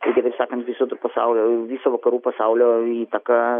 tai kitaip sakant viso to pasaulio viso vakarų pasaulio įtaka